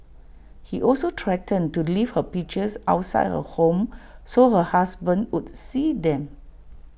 he also threatened to leave her pictures outside her home so her husband would see them